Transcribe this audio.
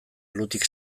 alutik